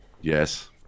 Yes